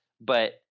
But-